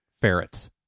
ferrets